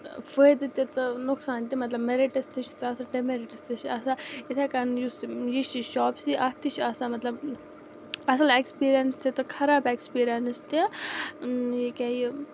فٲیدٕ تہِ تہٕ نۄقصان تہِ مطلب میٚرِٹٕس تہِ چھِ آسان ڈِمیٚرِٹٕس تہِ چھِ آسان یِتھٕے کَنۍ یُس یہِ شاپسی اَتھ تہِ چھِ آسان مطلب اَصٕل ایکٕسپیٖرینٕس تہِ تہِ خراب ایٚکٕسپیٖرینٕس تہِ یہِ کیٛاہ یہِ